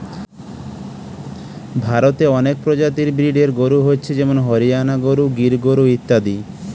ভারতে অনেক প্রজাতির ব্রিডের গরু হচ্ছে যেমন হরিয়ানা গরু, গির গরু ইত্যাদি